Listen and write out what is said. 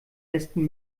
ersten